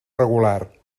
regular